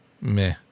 meh